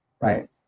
Right